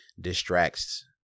distracts